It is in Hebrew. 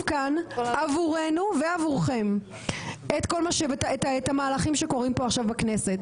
כאן עבורנו ועבורכם את המהלכים שקורים פה עכשיו בכנסת.